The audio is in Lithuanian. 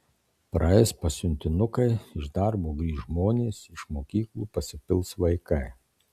praeis pasiuntinukai iš darbo grįš žmonės iš mokyklų pasipils vaikai